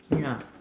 ya